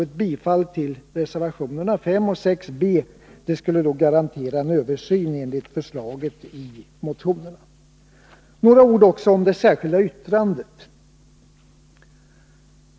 Ett bifall till reservationerna 5 och 6 b skulle garantera en översyn enligt förslagen i motionerna. Några ord också om det särskilda yttrandet.